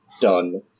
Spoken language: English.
done